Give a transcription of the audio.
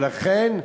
ולכן,